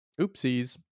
oopsies